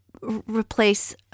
Replace